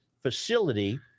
facility